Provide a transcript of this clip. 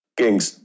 kings